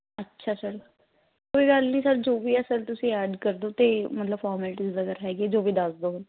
ਅੱਛਾ ਸਰ ਕੋਈ ਗੱਲ ਨਹੀਂ ਸਰ ਜੋ ਵੀ ਆ ਸਰ ਤੁਸੀਂ ਐਡ ਕਰ ਦਿਓ ਅਤੇ ਮਤਲਬ ਫੋਰਮੈਲਟੀ ਵਗੈਰਾ ਹੈਗੇ ਜੋ ਵੀ ਦੱਸ ਦਿਓ